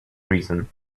reason